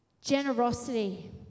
Generosity